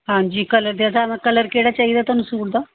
ਹਾਂਜੀ ਕਲਰ ਦੇ ਹਿਸਾਬ ਨਾਲ ਕਲਰ ਕਿਹੜਾ ਚਾਹੀਦਾ ਤੁਹਾਨੂੰ ਸੂਟ ਦਾ